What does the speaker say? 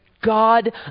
God